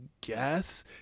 guess